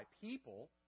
people